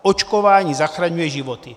Očkování zachraňuje životy.